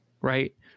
Right